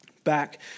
Back